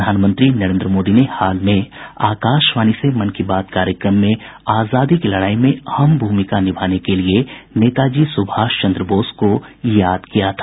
प्रधानमंत्री नरेन्द्र मोदी ने हाल में आकाशवाणी से मन की बात कार्यक्रम में आजादी की लड़ाई में अहम भूमिका के लिए नेताजी सुभाषचंद्र बोस को याद किया था